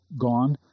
gone